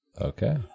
Okay